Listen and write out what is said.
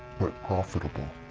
but profitable.